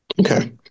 Okay